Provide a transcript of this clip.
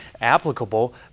applicable